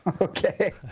Okay